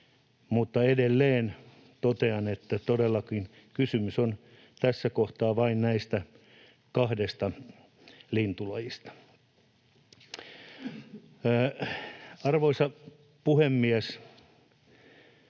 Edelleen totean, että todellakin kysymys on tässä kohtaa vain näistä kahdesta lintulajista. Arvoisa puhemies!